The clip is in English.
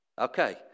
Okay